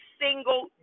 single